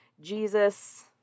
Jesus